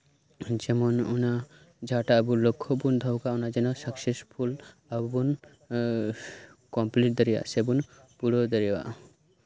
ᱡᱮᱢᱚᱱ ᱟᱵᱚ ᱡᱟᱸᱦᱟᱴᱟᱜ ᱞᱚᱠᱠᱷᱚ ᱵᱚᱱ ᱫᱚᱦᱚ ᱠᱟᱜᱼᱟ ᱡᱮᱢᱚᱱ ᱥᱟᱠᱥᱮᱥᱯᱷᱩᱞ ᱟᱵᱚ ᱵᱚᱱ ᱠᱚᱢᱯᱤᱞᱤᱴ ᱫᱟᱲᱮᱭᱟᱜᱼᱟ ᱥᱮᱵᱚᱱ ᱯᱩᱨᱟᱹᱣ ᱫᱟᱲᱮᱭᱟᱜᱼᱟ